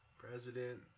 president